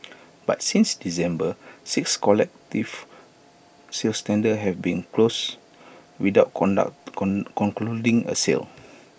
but since December six collective sales tender have been closed without conduct con concluding A sale